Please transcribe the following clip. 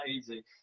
easy